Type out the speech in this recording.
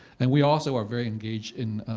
and we also are very engaged in